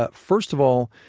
ah first of all,